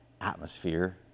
atmosphere